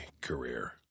career